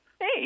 Hey